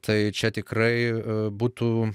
tai čia tikrai būtų